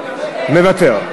מוותר.